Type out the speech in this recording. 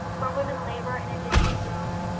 where women labor in a dingy room,